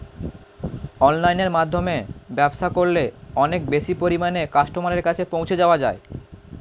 অনলাইনের মাধ্যমে ব্যবসা করলে অনেক বেশি পরিমাণে কাস্টমারের কাছে পৌঁছে যাওয়া যায়?